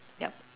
yup